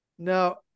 Now